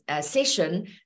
session